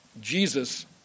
Jesus